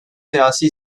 siyasi